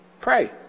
Pray